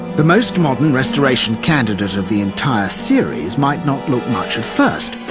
the most modern restoration candidate of the entire series might not look much at first,